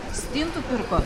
stintų pirkot